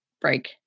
break